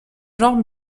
genres